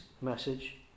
message